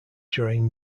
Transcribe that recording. during